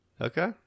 Okay